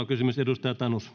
kysymys edustaja tanus